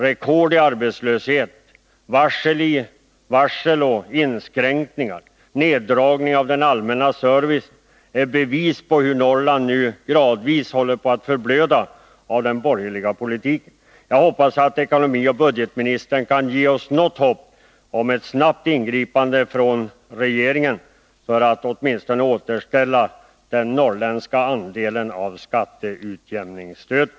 Rekord i arbetslöshet, varsel och inskränkningar, neddragning av den allmänna servicen är bevis på 101 hur Norrland nu gradvis håller på att förblöda på grund av den borgerliga politiken. Jag hoppas att ekonomioch budgetministern i den här debatten kan ge oss något hopp om ett snabbt ingripande från regeringen för att åtminstone återställa den norrländska andelen av skatteutjämningsstödet.